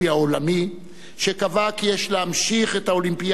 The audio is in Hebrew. שקבע כי יש להמשיך את האולימפיאדה למרות הטבח,